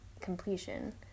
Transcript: completion